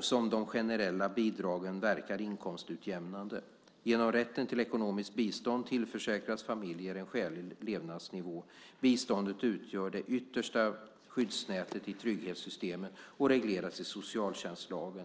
som de generella bidragen verkar inkomstutjämnande. Genom rätten till ekonomiskt bistånd tillförsäkras familjer en skälig levnadsnivå. Biståndet utgör det yttersta skyddsnätet i trygghetssystemet och regleras i socialtjänstlagen.